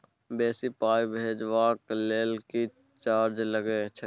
बेसी पाई भेजबाक लेल किछ चार्जो लागे छै?